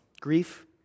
grief